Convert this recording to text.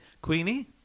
Queenie